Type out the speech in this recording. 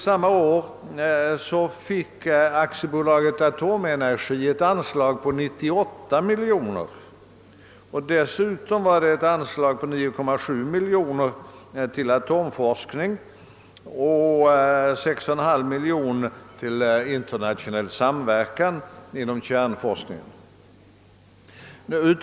Samma år fick AB Atomenergi ett anslag på 98 miljoner kronor. Dessutom gav staten ytterligare 9,7 miljoner till atomforskning och 6,5 miljoner kronor till internationell samver kan inom kärnforskningen.